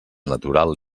natural